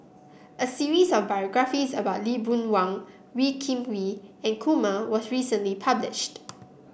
a series of biographies about Lee Boon Wang Wee Kim Wee and Kumar was recently published